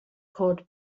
called